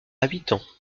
habitants